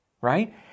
right